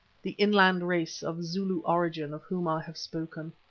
the inland race of zulu origin of whom i have spoken.